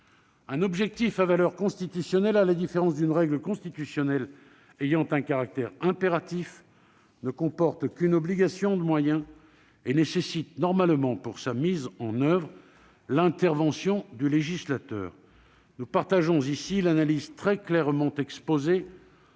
un objectif à valeur constitutionnelle, à la différence d'une règle constitutionnelle ayant un caractère impératif, ne comporte qu'une obligation de moyens et nécessite normalement, pour sa mise en oeuvre, l'intervention du législateur. Nous partageons ici l'analyse très clairement exposée